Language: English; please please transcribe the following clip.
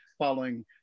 following